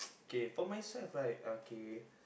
okay for myself right okay